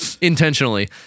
intentionally